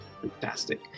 Fantastic